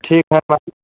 ठीक है